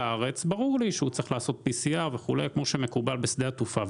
ברור לי שכשאדם נכנס לארץ הוא צריך לעשות PCR כמו שמקובל בשדה התעופה.